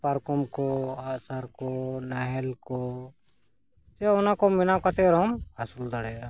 ᱯᱟᱨᱠᱚᱢ ᱠᱚ ᱟᱸᱜ ᱥᱟᱨ ᱠᱚ ᱱᱟᱦᱮᱞ ᱠᱚ ᱥᱮ ᱚᱱᱟ ᱠᱚ ᱵᱮᱱᱟᱣ ᱠᱟᱛᱮᱫ ᱨᱮᱦᱚᱢ ᱟᱹᱥᱩᱞ ᱫᱟᱲᱮᱭᱟᱜᱼᱟ